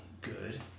good